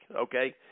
okay